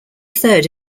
third